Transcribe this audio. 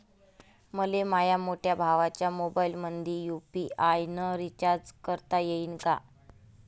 मले माह्या मोठ्या भावाच्या मोबाईलमंदी यू.पी.आय न रिचार्ज करता येईन का?